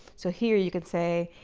so here you can say,